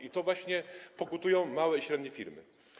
I to właśnie pokutują małe i średnie firmy.